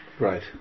Right